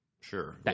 Sure